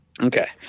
Okay